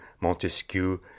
Montesquieu